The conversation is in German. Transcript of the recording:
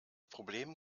problem